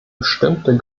bestimmte